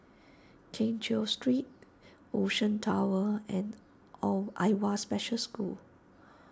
Keng Cheow Street Ocean Towers and Oh Awwa Special School